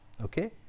Okay